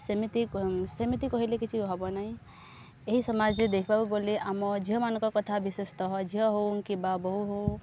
ସେମିତି ସେମିତି କହିଲେ କିଛି ହେବ ନାହିଁ ଏହି ସମାଜରେ ଦେଖିବାକୁ ଗଲେ ଆମ ଝିଅମାନଙ୍କ କଥା ବିଶେଷତଃ ଝିଅ ହେଉ କିମ୍ବା ବୋହୁ ହେଉ